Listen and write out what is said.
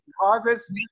causes